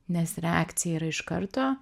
nes reakcija yra iš karto